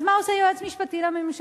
אז מה עושה היועץ המשפטי לממשלה?